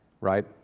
right